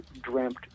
dreamt